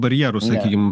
barjerų sakykim